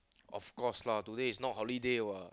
of course lah today is not holiday what